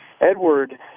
edward